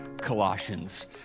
Colossians